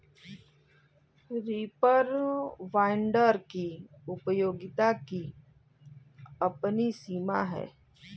reaper binder की उपयोगिता की अपनी सीमा है